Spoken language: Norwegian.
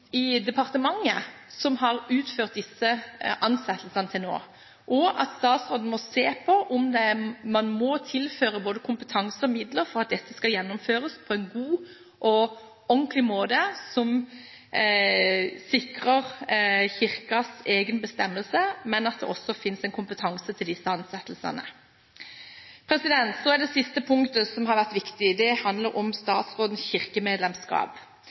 departementet, som har utført disse ansettelsene til nå. Og statsråden må se på om man må tilføre både kompetanse og midler for at dette skal gjennomføres på en god og ordentlig måte, som sikrer Kirkens egen bestemmelsesmyndighet, men også at det finnes en kompetanse til disse ansettelsene. Så til det siste punktet som har vært viktig, og som handler om krav til statsrådens kirkemedlemskap.